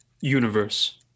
universe